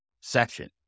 section